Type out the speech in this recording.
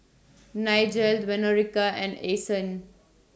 Nigel Veronica and Ason